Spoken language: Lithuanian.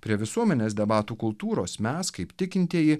prie visuomenės debatų kultūros mes kaip tikintieji